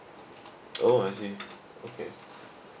oh I see okay